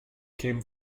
came